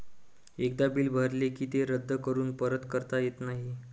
एकदा बिल भरले की ते रद्द करून परत करता येत नाही